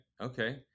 okay